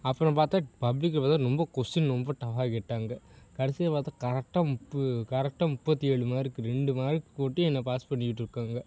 அப்புறம் பார்த்தா பப்ளிகில் பார்த்தா ரொம்ப கொஸ்டின் ரொம்ப டஃபாக கேட்டாங்க கடைசியாக பார்த்தா கரெக்டாக முப்பு கரெக்டாக முப்பத்து ஏழு மார்க்கு ரெண்டு மார்க் போட்டு என்னை பாஸ் பண்ணி விட்டுருக்காங்க